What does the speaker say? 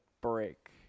break